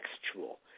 textual